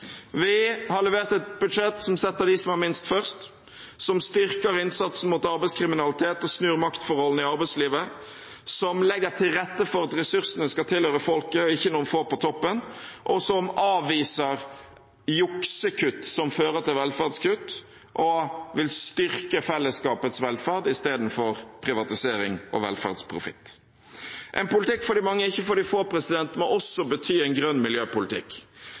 Vi har levert et budsjett som setter dem som har minst, først, som styrker innsatsen mot arbeidskriminalitet og snur maktforholdet i arbeidslivet, som legger til rette for at ressursene skal tilhøre folket og ikke noen få på toppen, som avviser juksekutt som fører til velferdskutt, og som vil styrke fellesskapets velferd istedenfor privatisering og velferdsprofitt. En politikk for de mange og ikke for de få må også bety en grønn miljøpolitikk.